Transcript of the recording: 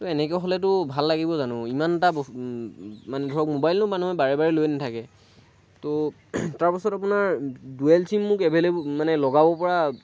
তো এনেকৈ হ'লেতো ভাল লাগিব জানো ইমান এটা মানে ধৰক ম'বাইলটো মানুহে বাৰে বাৰে লৈ নেথাকে তো তাৰ পাছত আপোনাৰ দুৱেল চিম মোক মানে লগাব পৰা